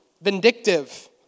vindictive